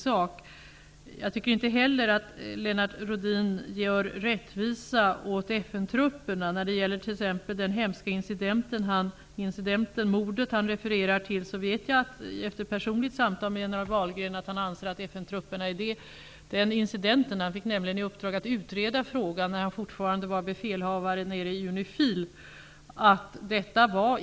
Lennart Rohdin gör inte heller rättvisa åt FN Wahlgren, vet jag att han anser vad gäller den hemska incidenten, mordet som Lennart Rohdin refererar till, att FN-truppernas agerande inte var ett agerande som stod i överensstämmelse med deras instruktioner. Han fick nämligen i uppdrag att utreda frågan medan han fortfarande var befälhavare i Unifil.